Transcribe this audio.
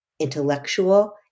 intellectual